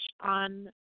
on